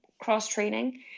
cross-training